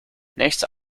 nächste